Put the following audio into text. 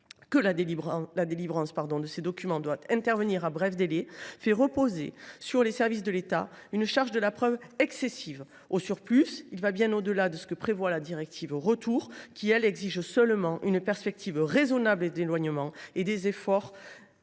que la délivrance des documents de voyage « doit intervenir à bref délai » fait peser sur les services de l’État une charge de la preuve excessive. Au surplus, il va bien au delà de ce que prévoit la directive Retour, qui exige seulement une « perspective raisonnable d’éloignement » et des « efforts